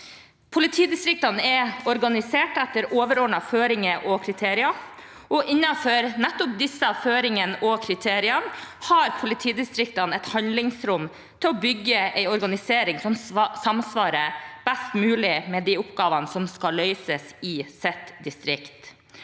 Politidistriktene er organisert etter overordnede føringer og kriterier, og innenfor nettopp disse føringene og kriteriene har politidistriktene et handlingsrom til å bygge en organisering som samsvarer best mulig med de oppgavene som skal løses i deres distrikt.